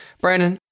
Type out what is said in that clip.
Brandon